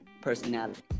personality